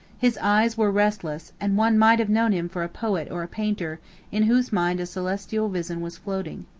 his eyes were restless, and one might have known him for a poet or a painter in whose mind a celestial vision was floating.